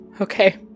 Okay